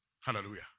Hallelujah